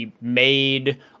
made